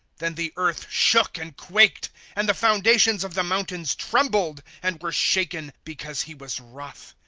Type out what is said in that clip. then the earth shook and quaked and the foundations of the mountains trembled, and were shaken, because he was wroth.